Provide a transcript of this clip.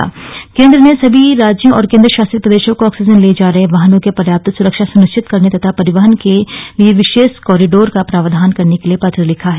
विशेष corridor केन्द्र ने सभी राज्यों और केन्द्र शासित प्रदेशों को ऑक्सीजन ले जा रहे वाहनों की पर्याप्त सुरक्षा सुनिश्चित करने तथा परिवहन के लिए विशेष कॉरीडोर का प्रावधान करने के लिए पत्र लिखा है